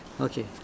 Okay